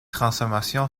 transformation